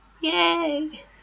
Yay